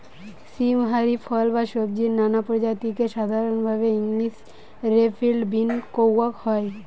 সীম হারি ফল বা সব্জির নানা প্রজাতিকে সাধরণভাবি ইংলিশ রে ফিল্ড বীন কওয়া হয়